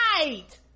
right